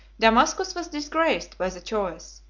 damascus was disgraced by the choice,